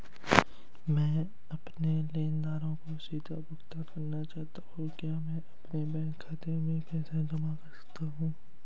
मैं अपने लेनदारों को सीधे भुगतान करना चाहता हूँ क्या मैं अपने बैंक खाते में पैसा भेज सकता हूँ?